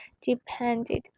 depended